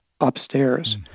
upstairs